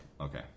okay